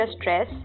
stress